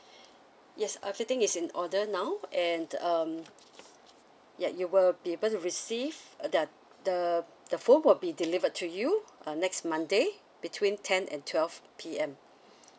yes everything is in order now and um ya you will be able to receive the the the phone will be delivered to you uh next monday between ten and twelve P_M